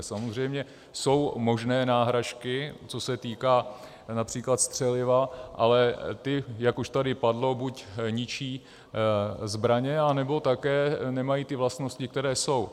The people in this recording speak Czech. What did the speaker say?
Samozřejmě jsou možné náhražky, co se týče například střeliva, ale ty, jak už tady padlo, buď ničí zbraně, nebo také nemají ty vlastnosti, které jsou.